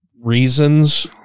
reasons